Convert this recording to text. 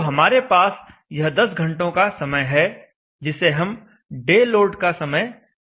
तो हमारे पास यह 10 घंटों का समय है जिसे हम डे लोड का समय मानेंगे